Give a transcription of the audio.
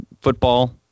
football